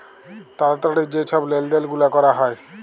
তাড়াতাড়ি যে ছব লেলদেল গুলা ক্যরা হ্যয়